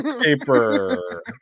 paper